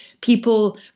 people